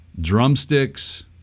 drumsticks